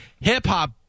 Hip-hop